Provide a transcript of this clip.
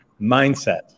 mindset